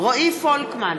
רועי פולקמן,